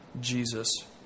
Jesus